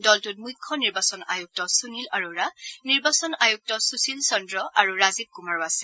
দলটোত মুখ্য নিৰ্বাচন আয়ুক্ত সূনীল অৰোৰা নিৰ্বাচন আয়ুক্ত সুশীল চন্দ্ৰ আৰু ৰাজীৱ কুমাৰো আছে